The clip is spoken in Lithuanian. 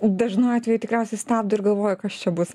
dažnu atveju tikriausiai stabdo ir galvoju kas čia bus